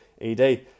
ed